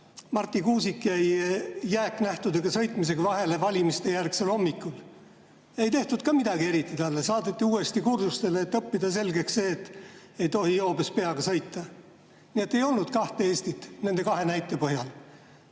Marti Kuusik jäi jääknähtudega sõitmisega vahele valimistejärgsel hommikul. Ei tehtud ka talle eriti midagi, saadeti uuesti kursustele, et õppida selgeks, et ei tohi joobes peaga sõita. Nii et ei ole kahte Eestit nende kahe näite põhjal,